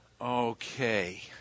Okay